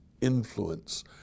influence